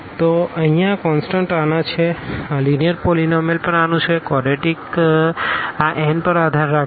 તોઅહિયાં આ કોનસ્ટન્ટ આના છેઆ લીનીઅર પોલીનોમીઅલ પણ આનું છેકોડરેટીક આ n પર આધાર રાખે છે